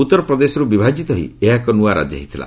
ଉତ୍ତର ପ୍ରଦେଶର୍ ବିଭାଜିତ ହୋଇ ଏହା ଏକ ନୂଆ ରାଜ୍ୟ ହୋଇଥିଲା